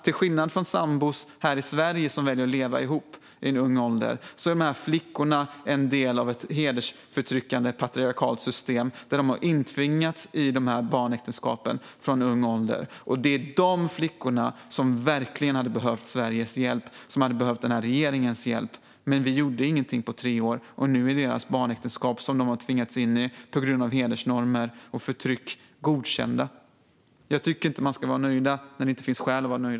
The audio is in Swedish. Till skillnad från sambor här i Sverige som väljer att leva ihop i ung ålder är dessa flickor en del av ett hedersförtryckande patriarkalt system där de har tvingats in i barnäktenskap från ung ålder. Dessa flickor hade verkligen behövt Sveriges och regeringens hjälp. Men vi gjorde ingenting på tre år, och nu är deras barnäktenskap, som de har tvingats in i på grund av hedersnormer och förtryck, godkända. Jag tycker inte att man ska vara nöjd när det inte finns skäl att vara nöjd.